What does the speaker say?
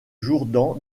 jourdan